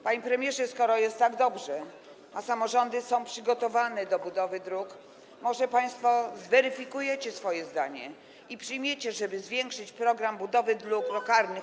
Panie premierze, skoro jest tak dobrze, a samorządy są przygotowane do budowy dróg, może państwo zweryfikujecie swoje zdanie i przyjmiecie, żeby zwiększyć program budowy dróg lokalnych?